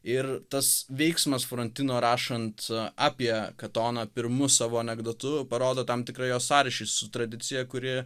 ir tas veiksmas frontino rašant apie katoną pirmu savo anekdotu parodo tam tikrą jo sąryšį su tradicija kuri